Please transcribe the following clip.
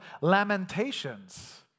Lamentations